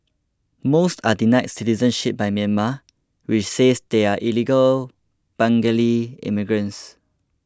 most are denied citizenship by Myanmar which says they are illegal Bengali immigrants